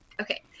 okay